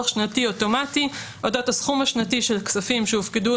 שנתי אוטומטי אודות הסכום השנתי של כספים שהופקדו או